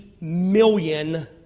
million